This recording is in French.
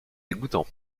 dégoûtant